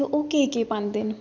ओह् ओह् केह् केह् पांदे न